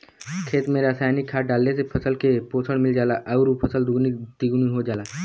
खेत में रासायनिक खाद डालले से फसल के पोषण मिल जाला आउर फसल दुगुना तिगुना हो जाला